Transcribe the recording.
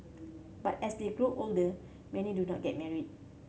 but as they grow older many do get married